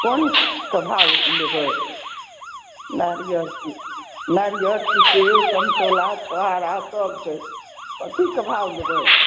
कोनके भाव लेबै नारिअरके नारिअर कि सेब सन्तोला छोहारासब छै कथीके भाव लेबै